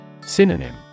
Synonym